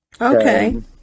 Okay